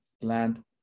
land